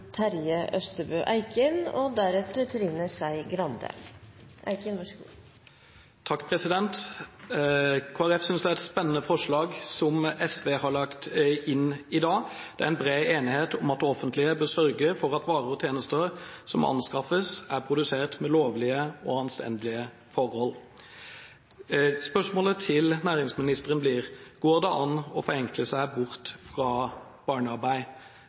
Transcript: Terje Østebø Eikin – til oppfølgingsspørsmål. Kristelig Folkeparti synes det er et spennende representantforslag SV har lagt fram i dag. Det er en bred enighet om at det offentlige bør sørge for at varer og tjenester som anskaffes, er produsert under lovlige og anstendige forhold. Spørsmålet til næringsministeren blir: Går det an å forenkle seg bort fra barnearbeid,